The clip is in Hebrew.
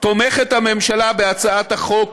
הממשלה תומכת בהצעת החוק